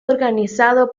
organizado